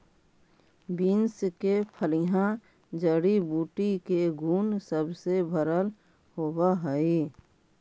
beans के फलियां जड़ी बूटी के गुण सब से भरल होब हई